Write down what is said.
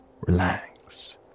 relax